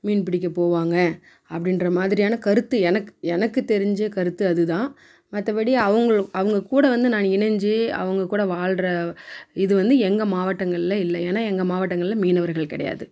மீன் பிடிக்க போவாங்க அப்படின்ற மாதிரியான கருத்து எனக் எனக்கு தெரிஞ்ச கருத்து அதுதான் மற்றபடி அவங்களும் அவங்க கூட வந்து நான் இணைஞ்சு அவங்க கூட வாழ்ற இது வந்து எங்கள் மாவட்டங்களில் இல்லை ஏன்னால் எங்கள் மாவட்டங்களில் மீனவர்கள் கிடையாது